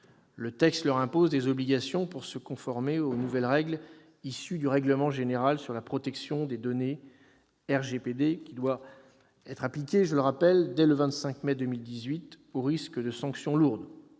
Le texte leur impose des obligations pour se conformer aux nouvelles règles issues du règlement général sur la protection des données, qui doivent être appliquées, je le rappelle, dès le 25 mai 2018, au risque de sanctions lourdes.